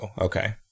okay